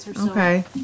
Okay